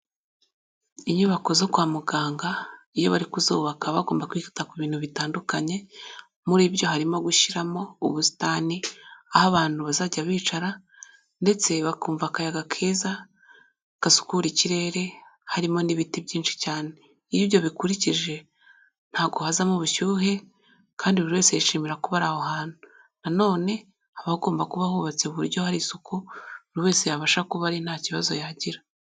Inyubako zo kwa muganga, iyo bari kuzubakaba baba bagomba kwita ku bintu bitandukanye, muri byo harimo gushyiramo ubusitani, aho abantu bazajya bicara, ndetse bakumva akayaga keza gasukura ikirere harimo n'ibiti byinshi cyane, iyo ibyo bikurikije ntago hazamo ubushyuhe, kandi buri wese yishimira kuba aho hantu, na none haba hagomba kuba hubatse uburyo hari isuku, buri wese yabasha kuba ari nta kibazo yagira.